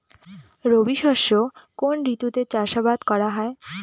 রবি শস্য কোন ঋতুতে চাষাবাদ করা হয়?